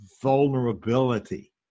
vulnerability